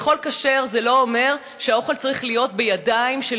לאכול כשר זה לא אומר שהאוכל צריך להיות בידיים של